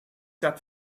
that